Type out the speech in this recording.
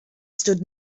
stood